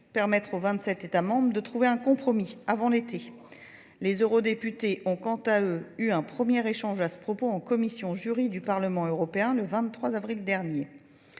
permettre aux 27 États membres de trouver un compromis avant l'été. Les eurodéputés ont quant à eux eu un premier échange à ce propos en commission juridique du Parlement européen le 23 avril dernier.